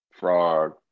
frog